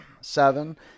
seven